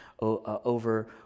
over